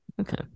okay